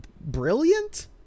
brilliant